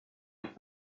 mer